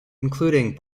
including